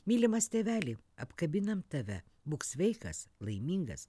mylimas tėveli apkabinam tave būk sveikas laimingas